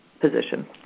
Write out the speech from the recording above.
position